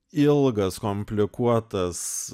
ilgas komplikuotas